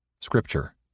Scripture